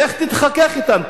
לך תתחכך אתם,